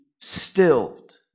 stilled